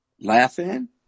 Laughing